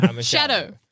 shadow